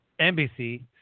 NBC